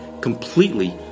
completely